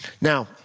Now